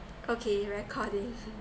okay recording